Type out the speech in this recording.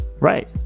Right